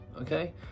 okay